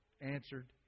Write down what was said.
answered